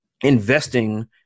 investing